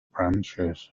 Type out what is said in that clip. branches